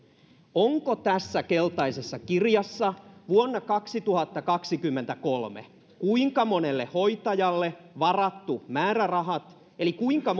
onko tässä keltaisessa kirjassa vuonna kaksituhattakaksikymmentäkolme kuinka monelle hoitajalle varattu määrärahat eli kuinka